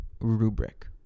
rubric